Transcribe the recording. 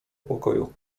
pokoju